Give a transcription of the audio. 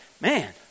man